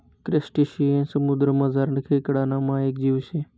crustacean समुद्रमझारना खेकडाना मायेक जीव शे